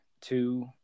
two